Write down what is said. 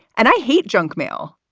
and i hate junk mail.